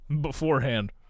beforehand